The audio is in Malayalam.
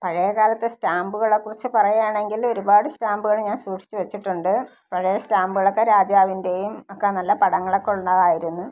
പഴയ കാലത്തെ സ്റ്റാമ്പുകളെ കുറിച്ച് പറയുകയാണെങ്കിൽ ഒരുപാട് സ്റ്റാമ്പുകൾ ഞാൻ സൂക്ഷിച്ചു വെച്ചിട്ടുണ്ട് പഴയ സ്റ്റാമ്പുകളൊക്കെ രാജാവിൻ്റെയും ഒക്കെ നല്ല പടങ്ങളൊക്കെ ഉള്ളതായിരുന്നു